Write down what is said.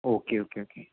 okay okay okay